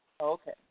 Okay